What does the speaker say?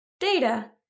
data